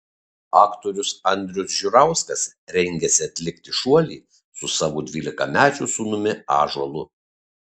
aktorius andrius žiurauskas rengiasi atlikti šuolį su savo dvylikamečiu sūnumi ąžuolu